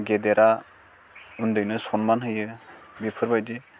गेदेरा उन्दैनो सनमान होयो बेफोर बायदि